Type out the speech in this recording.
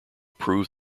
proved